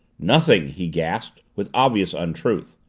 nothing! he gasped with obvious untruth,